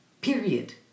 Period